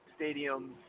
stadiums